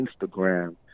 Instagram